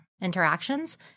interactions